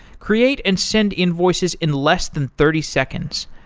create and send invoices in less than thirty seconds.